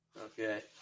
Okay